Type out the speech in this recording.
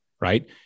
right